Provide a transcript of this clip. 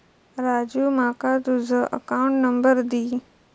राजू माका तुझ account number दी